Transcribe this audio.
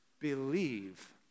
believe